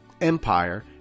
Empire